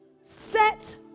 set